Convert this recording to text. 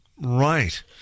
Right